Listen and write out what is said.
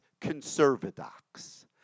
conservadox